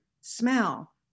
smell